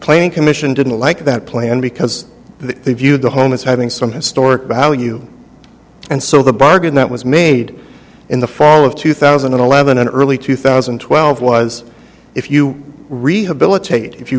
claiming commission didn't like that plan because they viewed the home as having some historic value and so the bargain that was made in the fall of two thousand and eleven and early two thousand and twelve was if you rehabilitate if you